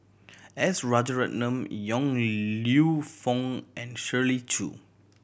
S Rajaratnam Yong Lew Foong and Shirley Chew